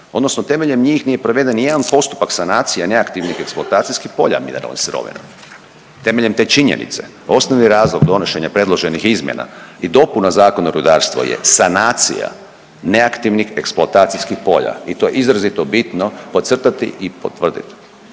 odnosno temeljem njih nije proveden ni jedan postupak sanacije neaktivnih eksploatacijskih polja mineralnih sirovina. Temeljem te činjenice osnovni razlog donošenja predloženih izmjena i dopuna Zakon o rudarstvu je sanacija neaktivnih eksploatacijskih polja i to je izrazito bitno podcrtati i potvrditi.